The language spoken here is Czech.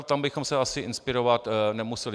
Tam bychom se asi inspirovat nemuseli.